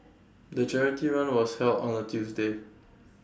the charity run was held on A Tuesday